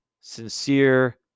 sincere